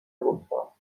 نگفتم